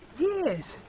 yes,